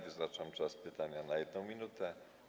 Wyznaczam czas pytania na 1 minutę.